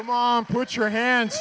the mom put your hands